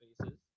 spaces